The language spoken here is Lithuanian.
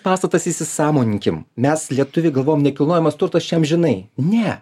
pastatas įsisąmoninkim mes lietuviai galvom nekilnojamas turtas čia amžinai ne